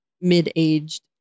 mid-aged